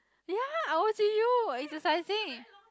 ya I was with you exercising